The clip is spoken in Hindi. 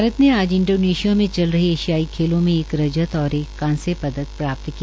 भारत ने आज इंडोनेशिया में चल रही ऐशियाई खेलों में एक रजत और एक कांस्य पदक प्राप्त किया